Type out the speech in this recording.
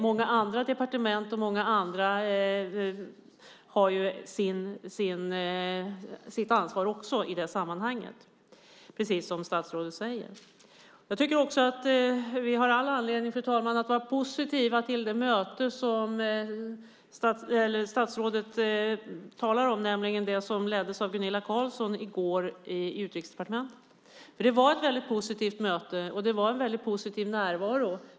Många andra, departement och andra, har också sitt ansvar i sammanhanget precis som statsrådet säger. Vi har all anledning, fru talman, att vara positiva till det möte som statsrådet talar om, nämligen det som leddes av Gunilla Carlsson i går i Utrikesdepartementet. Det var ett positivt möte, och det var en positiv närvaro.